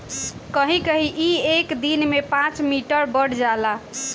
कहीं कहीं ई एक दिन में पाँच मीटर बढ़ जाला